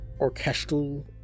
orchestral